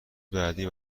بعدی